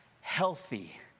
healthy